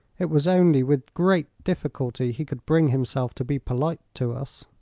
it was only with great difficulty he could bring himself to be polite to us.